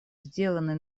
сделанные